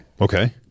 Okay